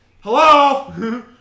Hello